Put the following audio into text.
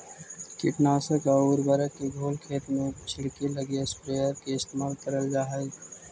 कीटनाशक आउ उर्वरक के घोल खेत में छिड़ऽके लगी स्प्रेयर के इस्तेमाल करल जा हई